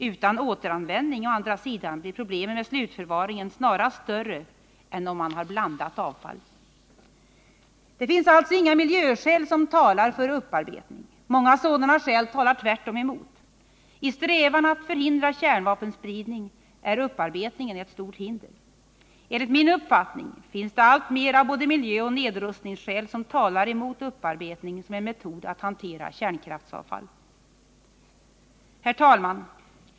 Utan återanvändning blir problemen med slutförvaringen å andra sidan snarast större än om man har blandat avfall. Det finns alltså inga miljöskäl som talar för upparbetning. Många sådana skäl talar tvärtom emot. I strävan att förhindra kärnvapenspridning är upparbetningen ett stort hinder. Enligt min uppfattning finns det alltmer av både miljöoch nedrustningsskäl som talar emot upparbetning som en metod att hantera kärnkraftsavfall. Herr talman!